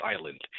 Island